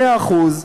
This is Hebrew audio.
מאה אחוז,